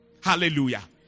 Hallelujah